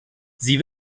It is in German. sie